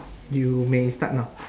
you may start now